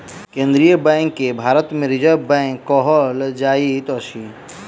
केन्द्रीय बैंक के भारत मे रिजर्व बैंक कहल जाइत अछि